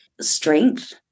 strength